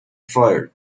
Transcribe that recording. fire